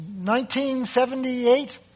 1978